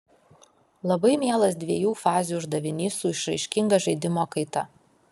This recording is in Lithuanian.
labai mielas dviejų fazių uždavinys su išraiškinga žaidimo kaita